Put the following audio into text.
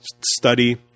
study